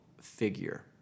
figure